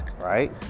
right